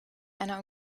einer